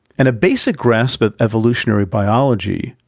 and a basic grasp of evolutionary biology,